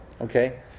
Okay